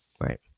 right